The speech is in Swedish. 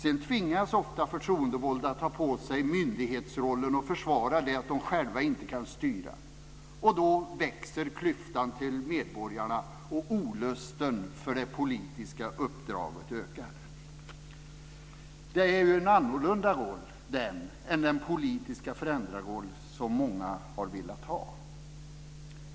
Sedan tvingas ofta förtroendevalda att ta på sig myndighetsrollen och försvara att de själva inte kan styra. Och då växer klyftan till medborgarna, och olusten för det politiska uppdraget ökar. Det är en annorlunda roll än den politiska förändrarroll som många har velat ha.